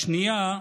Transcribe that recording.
השנייה,